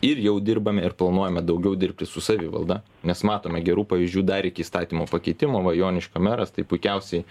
ir jau dirbame ir planuojame daugiau dirbti su savivalda nes matome gerų pavyzdžių dar iki įstatymo pakeitimo va joniškio meras tai puikiausiai